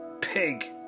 pig